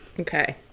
okay